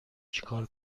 چیکار